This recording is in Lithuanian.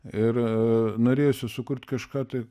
ir norėjosi sukurt kažką tai